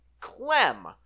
Clem